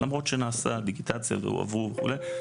למרות שנעשתה דיגיטציה והועברו הדברים,